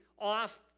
off